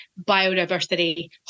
biodiversity